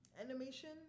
animation